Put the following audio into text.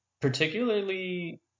particularly